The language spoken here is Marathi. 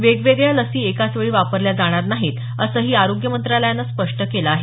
वेगवेगळ्या लसी एकाचवेळी वापरल्या जाणार नाहीत असंही आरोग्य मंत्रालयानं स्पष्ट केलं आहे